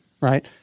right